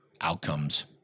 outcomes